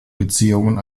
beziehungen